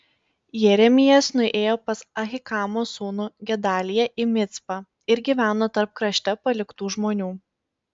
jeremijas nuėjo pas ahikamo sūnų gedaliją į micpą ir gyveno tarp krašte paliktų žmonių